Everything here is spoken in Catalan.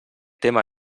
tema